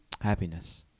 happiness